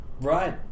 Right